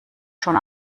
schon